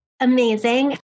amazing